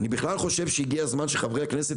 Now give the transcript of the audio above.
אני בכלל חושב שהגיע הזמן שחברי הכנסת